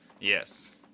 Yes